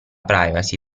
privacy